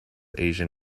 asian